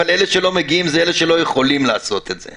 אבל אלה שלא מגיעים הם אלה שלא יכולים לעשות את זה.